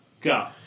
go